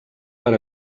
per